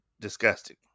disgusting